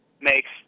Makes